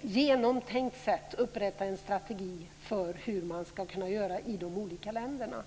genomtänkt sätt upprätta en strategi för hur man ska kunna göra i de olika länderna.